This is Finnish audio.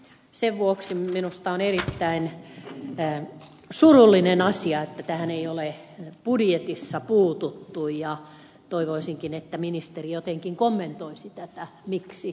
sen vuoksi minusta on erittäin surullinen asia että tähän ei ole budjetissa puututtu ja toivoisinkin että ministeri jotenkin kommentoisi miksi näin on